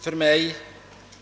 För mig